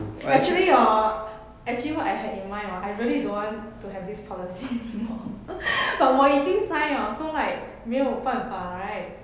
actually hor actually what I had in mind hor I really don't want to have this policy anymore but 我已经 sign 了 so like 没有办法 right